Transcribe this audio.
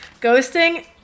Ghosting